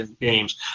games